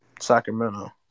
Sacramento